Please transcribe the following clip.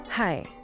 Hi